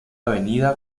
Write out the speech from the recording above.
avenida